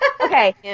Okay